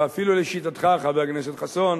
ואפילו לשיטתך, חבר הכנסת חסון,